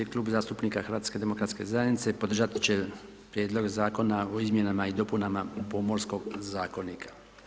Klub zastupnika HDZ-a podržati će Prijedlog zakona o izmjenama i dopunama Pomorskog zakonika.